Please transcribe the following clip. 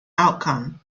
outcome